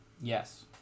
Yes